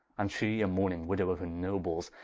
and shee a mourning widdow of her nobles,